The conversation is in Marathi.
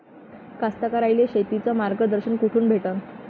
कास्तकाराइले शेतीचं मार्गदर्शन कुठून भेटन?